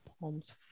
palms